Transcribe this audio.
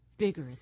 bigger